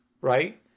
right